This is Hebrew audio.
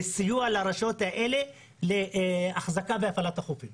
זה סיוע לרשויות האלה להחזקה והפעלת החופים